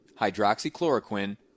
hydroxychloroquine